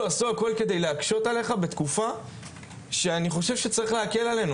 עשו הכול כדי להקשות עליך בתקופה שאני חושב שצריך להקל עלינו.